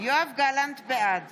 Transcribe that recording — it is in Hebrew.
בעד